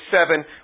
seven